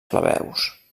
plebeus